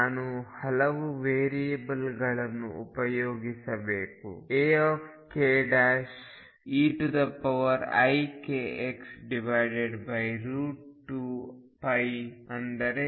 ನಾನು ಹಲವು ವೇರಿಯೇಬಲ್ಗಳನ್ನು ಉಪಯೋಗಿಸಬೇಕುAkeikx2π ಅಂದರೆ